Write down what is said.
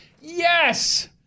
Yes